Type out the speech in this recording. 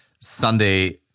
Sunday